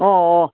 অঁ অঁ